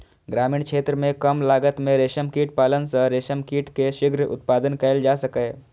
ग्रामीण क्षेत्र मे कम लागत मे रेशम कीट पालन सं रेशम कीट के शीघ्र उत्पादन कैल जा सकैए